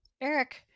Eric